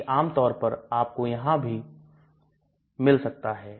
जब यह पूरी तरह से खिलाया जाता है तो यह 3 से 7 तक जा सकता है